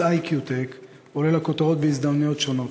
"איקיוטק" עולה לכותרות בהזדמנויות שונות,